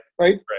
right